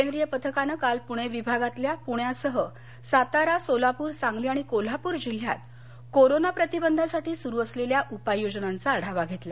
केंद्रीय पथकानं काल प्णे विभागातल्या पुण्यासह सातारा सोलापूर सांगली आणि कोल्हापूर जिल्हयात कोरोना प्रतिबंधासाठी सुरू असलेल्या उपाययोजनांचा आढावा घेतला